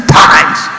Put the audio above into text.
times